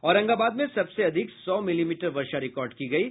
औरंगाबाद में सबसे अधिक सौ मिलीमीटर वर्षा रिकॉर्ड की गयी